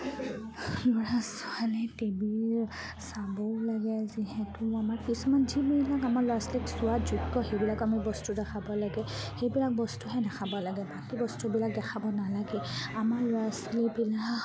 ল'ৰা ছোৱালী টি ভিৰ চাব লাগে যিহেতু আমাৰ কিছুমান যিবিলাক আমাৰ ল'ৰা ছোৱালীক চোৱাৰ যোগ্য সেইবিলাক আমি বস্তু দেখাব লাগে সেইবিলাক বস্তুহে দেখাব লাগে বাকী বস্তুবিলাক দেখাব নালাগে আমাৰ ল'ৰা ছোৱালীবিলাক